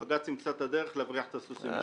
בג"ץ ימצא דרך להבריח את הסוסים משם.